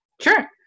Sure